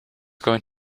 going